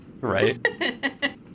Right